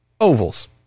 ovals